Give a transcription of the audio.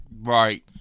Right